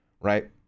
Right